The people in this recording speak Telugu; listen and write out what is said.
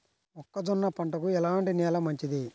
మొక్క జొన్న పంటకు ఎలాంటి నేల మంచిది?